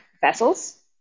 vessels